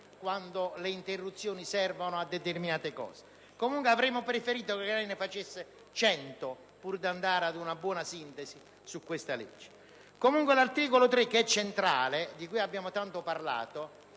quando le interruzioni servono a determinate cose. Comunque, avremmo preferito che lei ne facesse cento di sospensioni, pur di andare ad una buona sintesi su questa legge. L'articolo 3, che è centrale e di cui abbiamo tanto parlato,